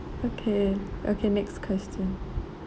okay okay next question